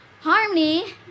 Harmony